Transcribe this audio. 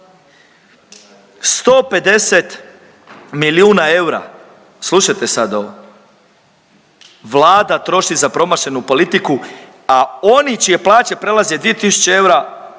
150 milijuna eura, slušajte sad ovo, Vlada troši za promašenu politiku, a oni čije plaće prelaze 2 tisuće eura,